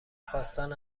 خواستن